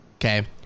Okay